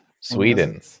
Sweden